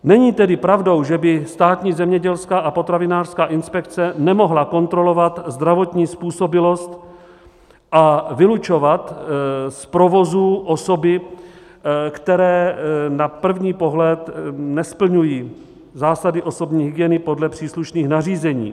Není tedy pravdou, že by Státní zemědělská a potravinářská inspekce nemohla kontrolovat zdravotní způsobilost a vylučovat z provozů osoby, které na první pohled nesplňují zásady osobní hygieny podle příslušných nařízení.